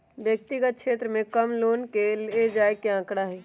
व्यक्तिगत क्षेत्र में कम लोन ले जाये के आंकडा हई